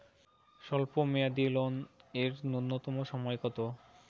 স্বল্প মেয়াদী লোন এর নূন্যতম সময় কতো?